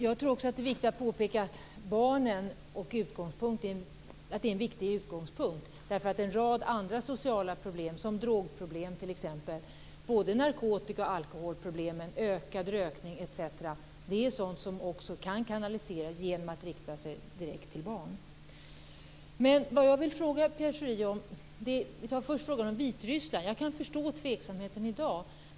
Jag tror också att det är viktigt att påpeka att barnen är en viktig utgångspunkt. En rad andra sociala problem, t.ex. drogproblem, alkohol och narkotikaproblem, ökad rökning etc., är sådana som kan kanaliseras genom att man riktar sig direkt till barn. Jag vill fråga Pierre Schori om Vitryssland. Jag kan förstå tveksamheten i dag.